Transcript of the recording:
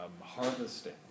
harvesting